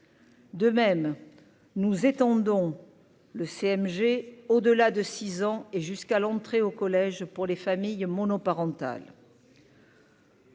De même, nous étendons le CMG au-delà de 6 ans et jusqu'à l'entrée au collège pour les familles monoparentales.